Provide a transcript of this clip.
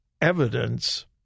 evidence